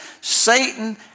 Satan